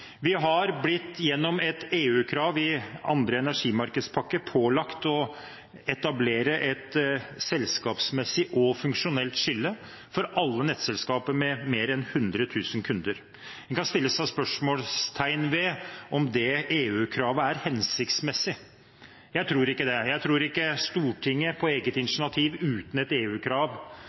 andre energimarkedspakke blitt pålagt å etablere et selskapsmessig og funksjonelt skille for alle nettselskaper med mer enn 100 000 kunder. En kan stille spørsmål ved om dette EU-kravet er hensiktsmessig. Jeg tror ikke det – jeg tror ikke Stortinget på eget initiativ, uten et